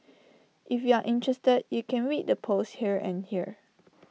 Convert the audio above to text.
if you're interested you can read the posts here and here